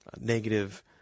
negative